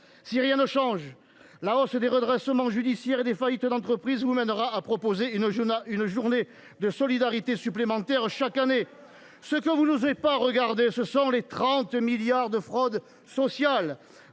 Si rien ne change, la hausse des redressements judiciaires et des faillites d’entreprises vous mènera à proposer une journée de solidarité supplémentaire chaque année. Ce que vous n’osez pas regarder, ce sont les 30 milliards d’euros de fraude sociale.